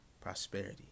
prosperity